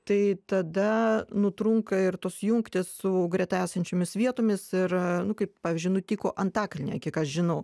tai tada nutrunka ir tos jungtys su greta esančiomis vietomis ir kaip pavyzdžiui nutiko antakalnyje kiek aš žinau